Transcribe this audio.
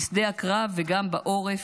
בשדה הקרב וגם בעורף,